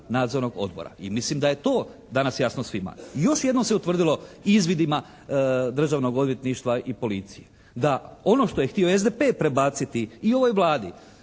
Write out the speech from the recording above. nadzornog odbora i mislim da je to danas jasno svima. I još jednom se utvrdilo izvidima Državnog odvjetništva i policije da ono što je htio SDP prebaciti i ovoj Vladi